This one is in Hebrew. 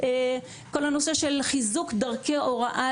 כל הנושא של חיזוק דרכי הוראה,